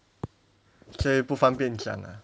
这里不方便讲啊